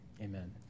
Amen